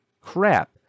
crap